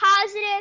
positive